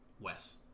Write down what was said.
Wes